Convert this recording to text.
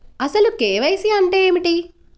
అసలు కే.వై.సి అంటే ఏమిటి?